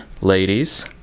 ladies